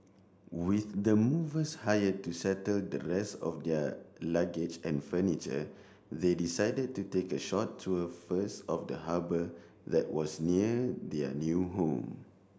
with the movers hired to settle the rest of their luggage and furniture they decided to take a short tour first of the harbour that was near their new home